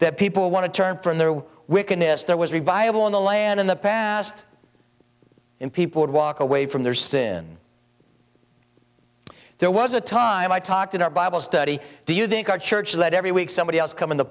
that people want to turn from their wickedness there was a viable in the land in the past in people would walk away from their sin there was a time i talked in our bible study do you think our church let every week somebody else come in the